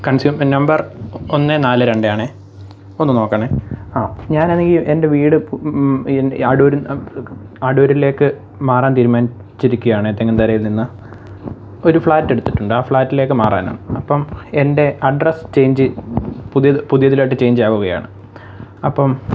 consumer number ഒന്ന് നാല് രണ്ട് ആണേ ഒന്ന് നോക്കണേ ഹ ഞാനാണെങ്കിൽ എൻ്റെ വീട് പു എൻ്റെ അടൂരി അടൂരിലേക്ക് മാറാൻ തീരുമാനി ചിരിക്ക്യാണെ തെങ്ങുംതരയിൽ നിന്ന് ഒരു ഫ്ലാറ്റെടുത്തിട്ടുണ്ട് ആ ഫ്ലാറ്റിലേക്കു മാറാനാണ് അപ്പം എൻ്റെ അഡ്രസ്സ് ചേഞ്ച് പുതിയത് പുതിയതിലോട്ടു ചേഞ്ചാകുകയാണ് അപ്പം